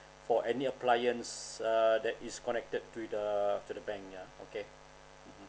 for any appliances err that is connected to the to the bank yeah okay